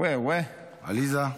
לא,